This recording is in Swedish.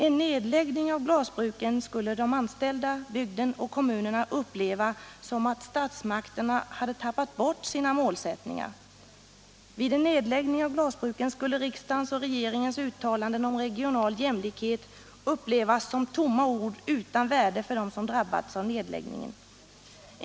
En nedläggning av glasbruken skulle de anställda, bygden och kommunerna uppleva som att statsmakterna hade tappat bort sina målsättningar. Vid en nedläggning av glasbruken skulle riksdagens och regeringens uttalanden om regional jämlikhet upplevas som tomma ord utan värde för dem som drabbats av nedläggningen.